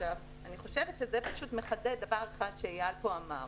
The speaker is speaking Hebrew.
זה פשוט מחדד דבר אחד שאייל אמר פה.